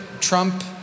Trump